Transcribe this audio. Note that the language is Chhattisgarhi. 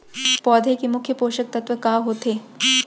पौधे के मुख्य पोसक तत्व का होथे?